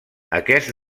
aquest